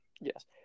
Yes